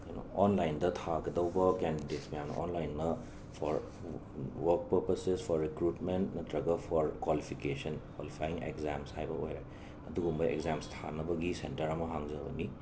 ꯀꯩꯅꯣ ꯑꯣꯟꯂꯥꯏꯟꯗ ꯊꯥꯒꯗꯧꯕ ꯀꯦꯟꯗꯤꯗꯦꯠꯁ ꯃꯌꯥꯝ ꯑꯣꯟꯂꯥꯏꯟꯅ or work purposes for recruitment ꯅꯠꯇ꯭ꯔꯒ ꯐꯣꯔ ꯀ꯭ꯋꯥꯂꯤꯐꯤꯀꯦꯁꯟ ꯀ꯭ꯋꯥꯂꯤꯐꯥꯏꯌꯤꯡ ꯑꯦꯛꯖꯥꯝꯁ ꯍꯥꯏꯕ ꯑꯣꯏꯔꯦ ꯑꯗꯨꯒꯨꯝꯕ ꯑꯦꯛꯖꯥꯝꯁ ꯊꯥꯅꯕꯒꯤ ꯁꯦꯟꯇꯔ ꯑꯃ ꯍꯥꯡꯖꯕꯅꯤ